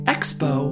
Expo